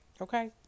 Okay